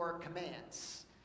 commands